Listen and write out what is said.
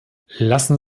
lassen